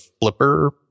flipper